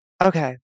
Okay